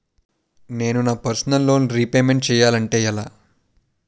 నేను నా personal loan repayment చేయాలంటే ఎలా?